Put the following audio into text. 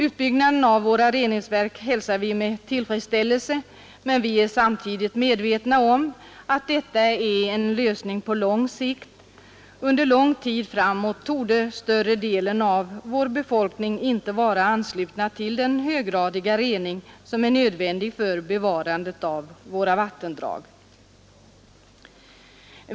Utbyggnaden av våra reningsverk hälsar vi med tillfredsställelse, men vi är samtidigt medvetna om att detta är en lösning på lång sikt. Under lång tid framåt torde större delen av befolkningen inte vara ansluten till den höggradiga rening som är nödvändig för bevarandet av våra vattendrag.